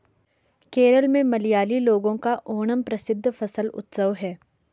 केरल में मलयाली लोगों का ओणम प्रसिद्ध फसल उत्सव है